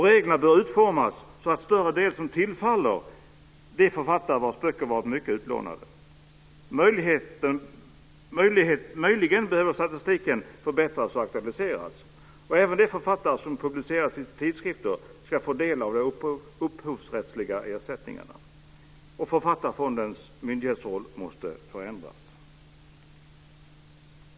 Reglerna bör utformas så att en större del tillfaller de författare vars böcker varit mycket utlånade. Möjligen behöver statistiken förbättras och aktualiseras. Även de författare som publiceras i tidskrifter ska få del av de upphovsrättsliga ersättningarna. Författarfondens myndighetsroll måste förändras.